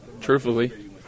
truthfully